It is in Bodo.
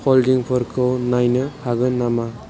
हलदिंफोरखौ नायनो हागोन नामा